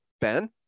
Ben